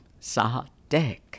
Sadek